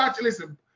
listen